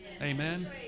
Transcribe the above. Amen